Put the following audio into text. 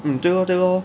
mm 对 lor 对 lor